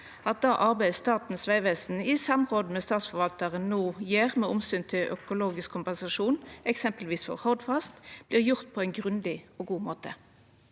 det arbeidet Statens vegvesen i samråd med statsforvaltaren no gjer med omsyn til økologisk kompensasjon, eksempelvis for Hordfast, vert gjort på ein grundig og god måte?